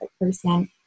person